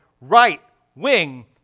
right-wing